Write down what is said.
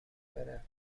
بره